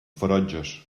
ferotges